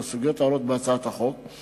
לסוגיות העולות בהצעת החוק.